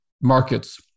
markets